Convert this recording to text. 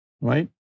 right